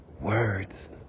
words